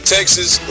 Texas